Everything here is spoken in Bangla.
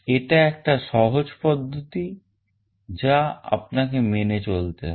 এটা একটা সহজ পদ্ধতি যা আপনাকে মেনে চলতে হবে